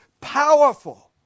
powerful